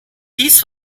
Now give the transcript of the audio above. dies